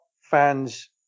fans